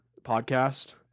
podcast